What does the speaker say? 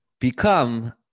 become